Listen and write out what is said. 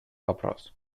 вопрос